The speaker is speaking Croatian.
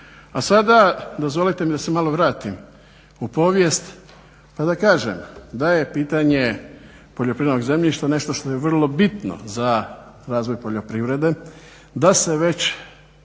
A sada dozvolite mi da se malo vratim u povijest pa da kažem da je pitanje poljoprivrednog zemljište nešto što je vrlo bitno za razvoj poljoprivrede, da se već